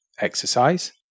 exercise